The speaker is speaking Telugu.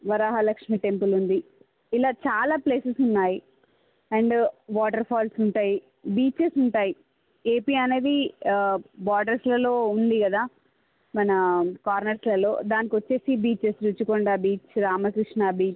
వరాహలక్ష్మి టెంపుల్ ఉంది ఇలా చాలా ప్లేసెస్ ఉన్నాయి అండ్ వాటర్ ఫాల్స్ ఉంటాయి బీచెస్ ఉంటాయి ఏపీ అనేది బార్డర్స్లలో ఉంది కదా మన కార్నర్స్లలో దానికి వచ్చి beaches Rishikonda beach Ramakrishna beach